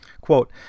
Quote